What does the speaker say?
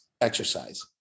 exercise